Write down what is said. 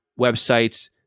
websites